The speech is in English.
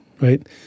right